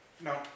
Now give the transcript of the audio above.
No